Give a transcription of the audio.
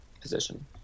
position